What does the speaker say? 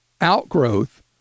outgrowth